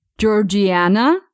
Georgiana